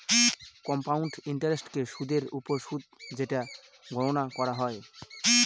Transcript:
compound ইন্টারেস্টকে সুদের ওপর সুদ যেটা গণনা করা হয়